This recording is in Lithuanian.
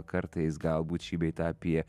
kartais galbūt šį bei tą apie